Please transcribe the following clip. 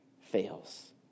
fails